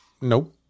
Nope